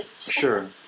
Sure